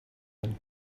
than